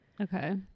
okay